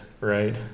right